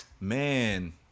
man